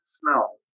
smell